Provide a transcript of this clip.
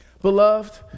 Beloved